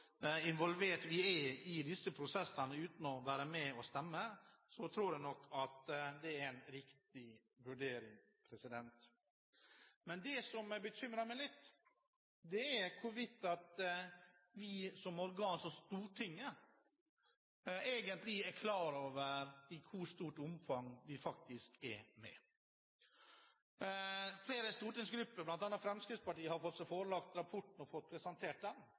involvert vi er i disse prosessene, uten å være med og stemme, tror jeg nok at det er en riktig vurdering. Men det som bekymrer meg litt, er hvorvidt vi som organ, som Stortinget, egentlig er klar over i hvor stort omfang vi faktisk er med. Flere stortingsgrupper, bl.a. Fremskrittspartiets, har fått seg forelagt rapporten og fått den presentert.